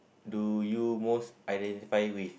do you most identify with